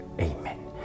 Amen